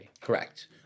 Correct